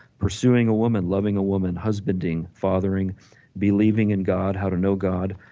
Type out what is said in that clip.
pursuing a woman, loving a woman, husbanding, fathering believing in god, how to know god,